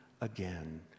again